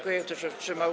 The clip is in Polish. Kto się wstrzymał?